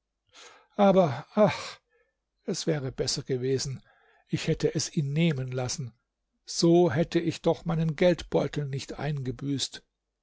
aber ach es wäre besser gewesen ich hätte es ihn nehmen lassen so hätte ich doch meinen geldbeutel nicht eingebüßt